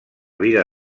vida